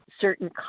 certain